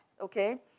okay